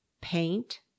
paint